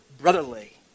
brotherly